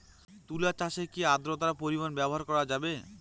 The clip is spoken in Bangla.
তুলা চাষে কি আদ্রর্তার পরিমাণ ব্যবহার করা যাবে?